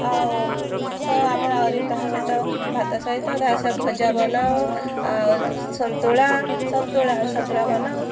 ଆଉ ସ ଆମେ ଆହୁରି ତା' ସହିତ ଭାତ ସହିତ ତା' ସହିତ ଭଜା ବନାଉ ଆଉ ସନ୍ତୁଳା ସନ୍ତୁଳା ସନ୍ତୁଳା ବନାଉ